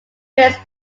risk